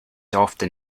often